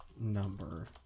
Number